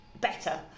better